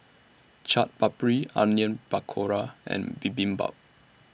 Chaat Papri Onion Pakora and Bibimbap